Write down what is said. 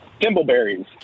Thimbleberries